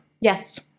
Yes